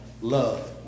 love